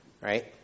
right